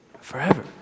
forever